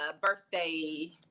birthday